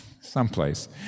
someplace